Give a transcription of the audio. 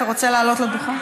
רוצה לעלות לדוכן?